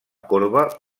corba